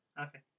okay